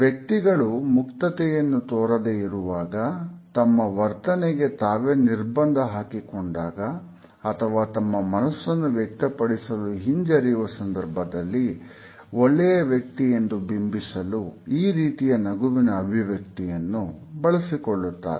ವ್ಯಕ್ತಿಗಳು ಮುಕ್ತತೆಯನ್ನು ತೋರದೆ ಇರುವಾಗ ತಮ್ಮ ವರ್ತನೆಗೆ ತಾವೇ ನಿರ್ಬಂಧ ಹಾಕಿಕೊಂಡಾಗ ಅಥವಾ ತಮ್ಮ ಮನಸ್ಸನ್ನು ವ್ಯಕ್ತಪಡಿಸಲು ಹಿಂಜರಿಯುವ ಸಂದರ್ಭದಲ್ಲಿ ಒಳ್ಳೆಯ ವ್ಯಕ್ತಿ ಎಂದು ಬಿಂಬಿಸಲು ಈ ರೀತಿಯ ನಗುವಿನ ಅಭಿವ್ಯಕ್ತಿಯನ್ನು ಬಳಸಿಕೊಳ್ಳುತ್ತಾರೆ